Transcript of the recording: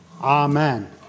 Amen